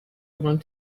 want